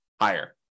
higher